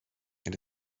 and